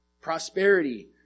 Prosperity